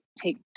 take